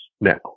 now